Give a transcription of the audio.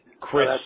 Chris